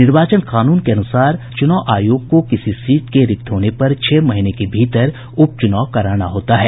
निर्वाचन कानून के अनुसार आयोग को किसी सीट के रिक्त होने पर छह महीने के भीतर उप चुनाव कराना होता है